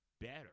better